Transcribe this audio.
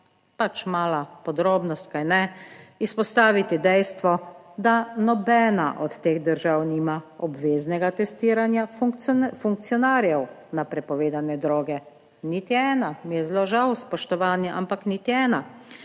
pač malo podrobnost, kajne, izpostaviti dejstvo, da nobena od teh držav nima obveznega testiranja funkcionarjev na prepovedane droge. Niti ena, mi je zelo žal, spoštovani, ampak niti ena.